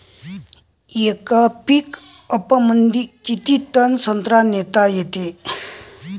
येका पिकअपमंदी किती टन संत्रा नेता येते?